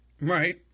Right